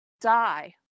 die